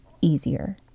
easier